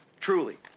truly